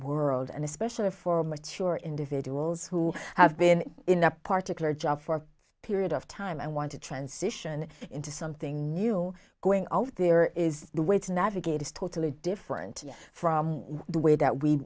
world and especially for mature individuals who have been in a particularly job for a period of time i want to transition into something new going on there is the way to navigate is totally different from the way that we